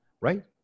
right